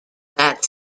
that